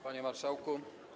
Panie Marszałku!